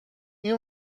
این